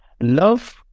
Love